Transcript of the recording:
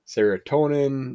Serotonin